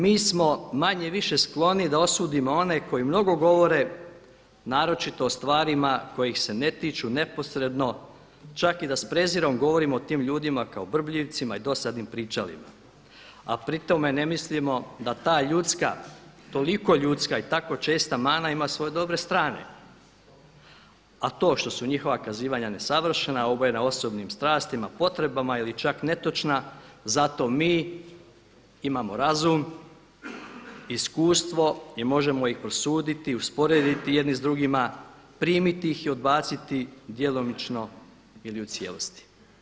Mi smo manje-više skloni da osudimo one koji mnogo govore naročito o stvarima koji ih se ne tiču neposredno čak i da s prezirom govorimo o tim ljudima kao brbljivcima i dosadnim pričalima, a pri tome ne mislimo da ta ljudska, toliko ljudska i tako česta mana ima svoje dobre strane, a to što su njihova kazivanja nesavršena, obojena osobnim strastima, potrebama ili čak netočna zato mi imamo razum, iskustvo i možemo ih prosuditi, usporediti jedni s drugima, primiti ih i odbaciti djelomično ili u cijelosti.